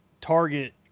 target